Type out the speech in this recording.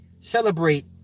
celebrate